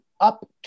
up